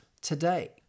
today